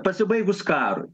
pasibaigus karui